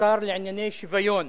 השר לענייני שוויון,